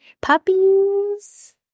Puppies